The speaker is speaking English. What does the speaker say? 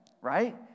right